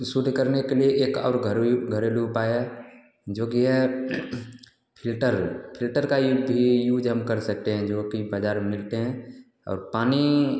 शुद्ध करने के लिए एक और घरेलू उपाय है जोकि है फिल्टर फिल्टर का ये भी यूज हम कर सकते हैं जो कि बाजार में मिलते हैं और पानी